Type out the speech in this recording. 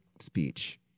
speech